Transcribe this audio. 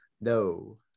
No